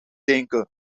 denken